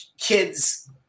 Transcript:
kids –